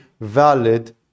valid